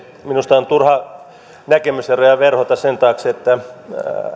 minusta on turha näkemyseroja verhota sen taakse että